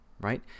right